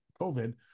COVID